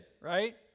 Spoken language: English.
right